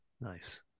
Nice